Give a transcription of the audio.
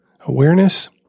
awareness